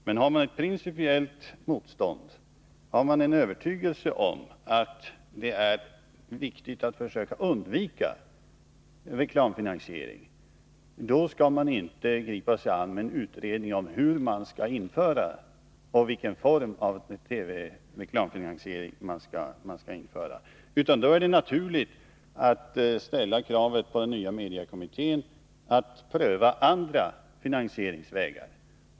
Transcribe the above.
Men har man ett principiellt motstånd, en övertygelse om att det är viktigt att försöka undvika reklamfinansiering, då skall man inte gripa sig an med en utredning om vilken form av TV-reklamfinansiering man skall införa och hur. Då är det naturligt att ställa kravet på den nya mediekommittén att pröva andra finansieringsvägar.